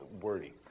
wordy